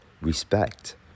respect